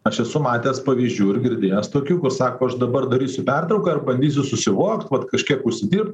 aš esu matęs pavyzdžių ir girdėjęs tokių kur sako aš dabar darysiu pertrauką ir bandysiu susivokt vat kažkiek užsidirbt